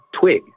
twig